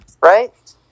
Right